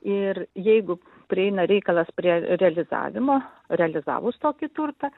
ir jeigu prieina reikalas prie realizavimo realizavus tokį turtą